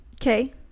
Okay